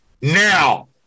now